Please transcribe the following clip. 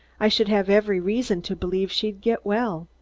i should have every reason to believe she'd get well.